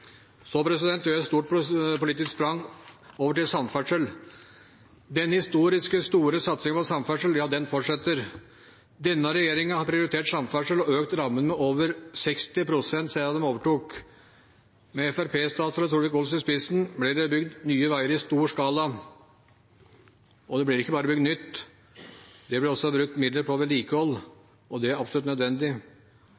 Så gjør jeg et stort politisk sprang over til samferdsel. Den historisk store satsingen på samferdsel fortsetter. Denne regjeringen har prioritert samferdsel og økt rammene med over 60 pst. siden den overtok. Med Fremskrittsparti-statsråd Solvik-Olsen i spissen blir det bygd nye veier i stor skala. Og det blir ikke bare bygd nytt, det blir også brukt midler på vedlikehold.